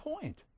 point